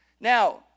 Now